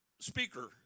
speaker